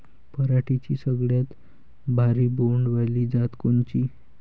पराटीची सगळ्यात भारी बोंड वाली जात कोनची?